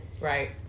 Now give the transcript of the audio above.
Right